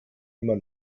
immer